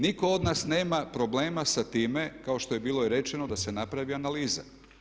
Nitko od nas nema problema sa time kao što je bilo i rečeno da se napravi analiza.